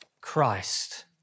Christ